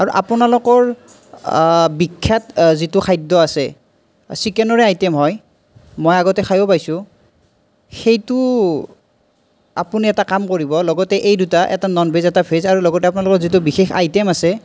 আৰু আপোনালোকৰ বিখ্য়াত যিটো খাদ্য় আছে চিকেনৰে আইটেম হয় মই আগতে খায়ো পাইছোঁ সেইটো আপুনি এটা কাম কৰিব লগতে এই দুটা এটা নন ভেজ এটা ভেজ আৰু লগতে আপোনালোকৰ যিটো বিশেষ আইটেম আছে